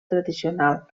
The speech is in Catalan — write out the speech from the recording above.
tradicional